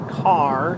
car